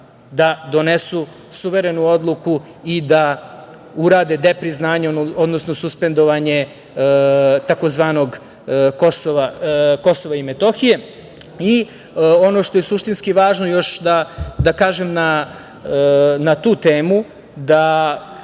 da donesu suverenu odluku i da urade depriznanje, odnosno suspendovanje tzv. „Kosova i Metohije“.Ono što je suštinski važno još da kažem na tu temu, da